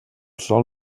sol